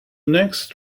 next